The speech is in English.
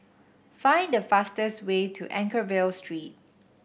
find the fastest way to Anchorvale Street